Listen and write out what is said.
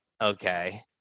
okay